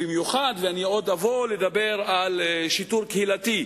במיוחד, אני עוד אבוא לדבר על שיטור קהילתי.